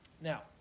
Now